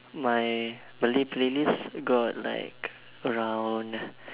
my Malay playlist got like around